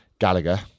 Gallagher